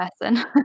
person